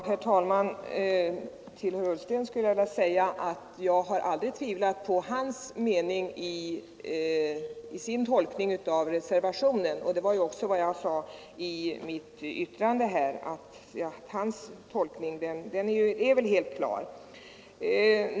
Herr talman! Till herr Ullsten skulle jag vilja säga att jag aldrig varit oviss om hans tolkning av reservationen — jag sade också i mitt anförande att hans tolkning är helt klar.